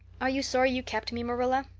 are you sorry you kept me, marilla?